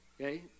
okay